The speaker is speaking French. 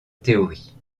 théorie